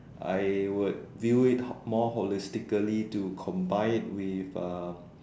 I would view it more holistically to combine it with uh